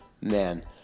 man